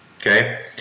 Okay